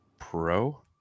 pro